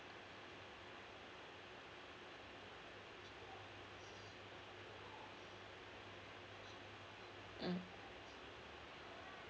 mm